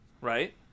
right